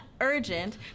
urgent